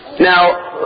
Now